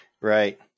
Right